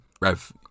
Rev